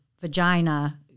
vagina